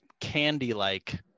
candy-like